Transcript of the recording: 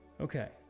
Okay